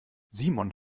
simon